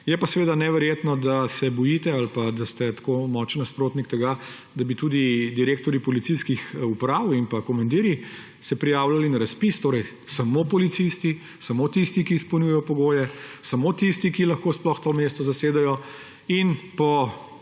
Je pa neverjetno, da se bojite ali da ste tako močan nasprotnik tega, da bi se tudi direktorji policijskih uprav in pa komandirji prijavljali na razpis, torej samo policisti, samo tisti, ki izpolnjujejo pogoje, samo tisti, ki lahko sploh to mesto zasedejo, in po